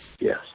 Yes